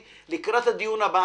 לקראת הדיון הבא,